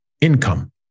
income